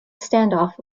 standoff